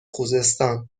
خوزستان